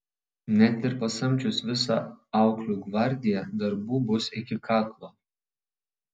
net ir pasamdžius visą auklių gvardiją darbų bus iki kaklo